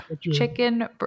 chicken